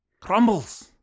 Crumbles